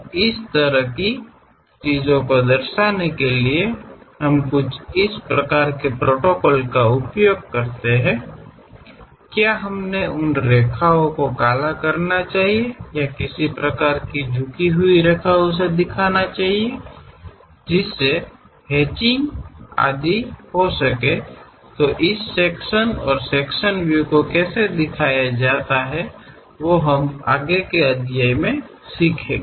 ಆದ್ದರಿಂದ ಈ ರೀತಿಯ ವಿಷಯಗಳನ್ನು ಪ್ರತಿನಿಧಿಸಲು ನಾವು ಕೆಲವು ರೀತಿಯ ಪ್ರೋಟೋಕಾಲ್ಗಳನ್ನು ಬಳಸುತ್ತೇವೆ ನಾವು ಆ ಸಾಲುಗಳನ್ನು ದೊಡ್ಡದಾಗಿ ಅಥವಾ ಕೆಲವು ರೀತಿಯ ಇಳಿಜಾರಿನ ರೇಖೆಗಳಾಗಿ ಹ್ಯಾಚಿಂಗ್ ಮತ್ತು ಮುಂತಾದವು ಈ ರೀತಿಯ ಪ್ರಾತಿನಿಧ್ಯವನ್ನು ನಾವು ಈ ವಿಭಾಗಗಳು ಮತ್ತು ವಿಭಾಗೀಯ ವೀಕ್ಷಣೆಗಳ ಅಧ್ಯಾಯಕ್ಕಾಗಿ ಕಲಿಯುತ್ತೇವೆ